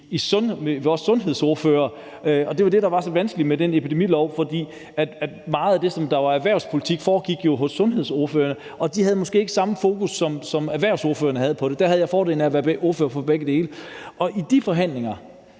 deltog sundhedsordførerne jo faktisk. Det var det, der var så vanskeligt med den epidemilov, for meget af det, som handlede om erhvervspolitik, foregik hos sundhedsordførerne, og de havde måske ikke samme fokus, som erhvervsordførerne havde. Der havde jeg fordelen af at være ordfører for begge dele, og i de forhandlinger